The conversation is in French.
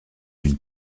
une